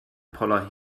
poller